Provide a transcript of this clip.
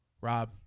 Rob